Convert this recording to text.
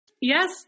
Yes